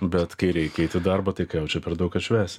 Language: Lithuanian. bet kai reikia eit į darbą tai ką jau čia per daug atšvęsi